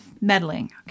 meddling